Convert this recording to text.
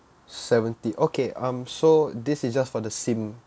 seventy okay um so this is just for the SIM